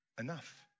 enough